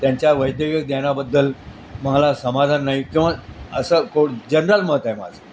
त्यांच्या वैद्यगिक ज्ञानाबद्दल मला समाधान नाही किंवा असं कोट जनरल मत आहे माझं